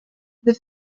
the